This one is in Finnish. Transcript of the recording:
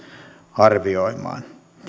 arvioimaan